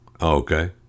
okay